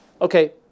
okay